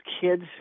kids